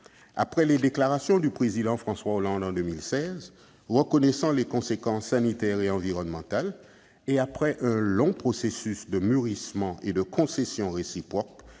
Après les déclarations faites par le président François Hollande en 2016, reconnaissant les conséquences sanitaires et environnementales de ces essais, et un long processus de mûrissement et de concessions réciproques,